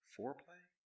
Foreplay